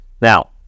Now